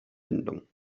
bindung